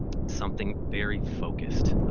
something very focused.